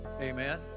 Amen